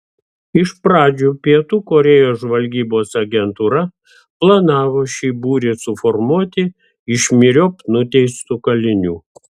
iš pradžių pietų korėjos žvalgybos agentūra planavo šį būrį suformuoti iš myriop nuteistų kalinių